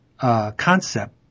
concept